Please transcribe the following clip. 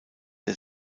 der